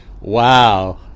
Wow